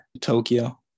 Tokyo